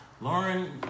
Lauren